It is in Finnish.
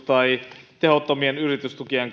tai tehottomien yritystukien